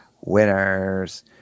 Winners